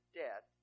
debt